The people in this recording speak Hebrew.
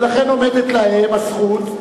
ולכן עומדת להם הזכות,